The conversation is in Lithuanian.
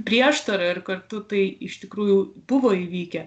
prieštara ir kartu tai iš tikrųjų buvo įvykę